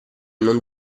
non